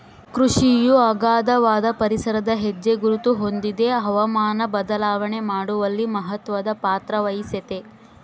ಕೃಷಿಯು ಅಗಾಧವಾದ ಪರಿಸರದ ಹೆಜ್ಜೆಗುರುತ ಹೊಂದಿದೆ ಹವಾಮಾನ ಬದಲಾವಣೆ ಮಾಡುವಲ್ಲಿ ಮಹತ್ವದ ಪಾತ್ರವಹಿಸೆತೆ